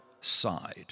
side